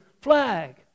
flag